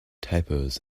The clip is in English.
typos